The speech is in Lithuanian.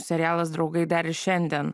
serialas draugai dar ir šiandien